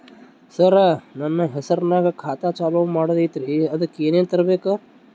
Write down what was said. ಸರ, ನನ್ನ ಹೆಸರ್ನಾಗ ಖಾತಾ ಚಾಲು ಮಾಡದೈತ್ರೀ ಅದಕ ಏನನ ತರಬೇಕ?